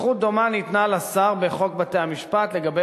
סמכות דומה ניתנה לשר בחוק בתי-המשפט לגבי